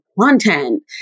content